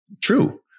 True